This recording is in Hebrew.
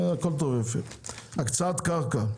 הקצאת קרקע.